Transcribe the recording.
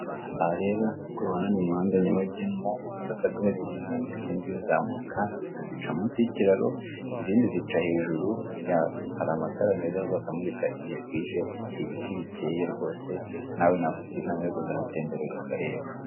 Aha rero nk'uko ubibona ni mu muhanda nyabagendwa, imodoka zimwe ziri kumamuka izindi zizamuka, gusa zica munsi y'ikiraro, izindi zica hejuru yacyo. Hari amatara meza rwose amurika igihe bwije, ibiti bikeye rwose, nawe nakugira inama yo kuzahatemberera ukareba.